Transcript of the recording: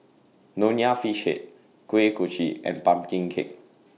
Nonya Fish Head Kuih Kochi and Pumpkin Cake